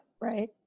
right